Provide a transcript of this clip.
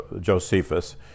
Josephus